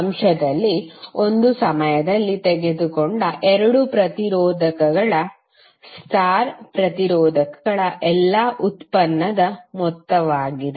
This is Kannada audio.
ಅಂಶದಲ್ಲಿ ಒಂದು ಸಮಯದಲ್ಲಿ ತೆಗೆದುಕೊಂಡ 2 ಪ್ರತಿರೋಧಕಗಳ ಸ್ಟಾರ್ ಪ್ರತಿರೋಧಕಗಳ ಎಲ್ಲಾ ಉತ್ಪನ್ನದ ಮೊತ್ತವಾಗಿದೆ